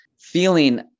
feeling